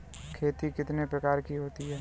खेती कितने प्रकार की होती है?